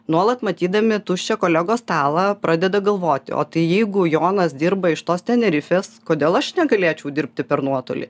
nuolat matydami tuščią kolegos stalą pradeda galvoti o tai jeigu jonas dirba iš tos tenerifės kodėl aš negalėčiau dirbti per nuotolį